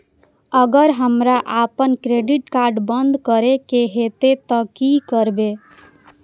अगर हमरा आपन क्रेडिट कार्ड बंद करै के हेतै त की करबै?